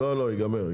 לא, לא, ייגמר.